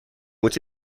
which